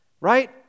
right